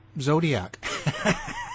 Zodiac